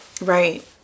Right